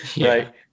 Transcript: right